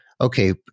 Okay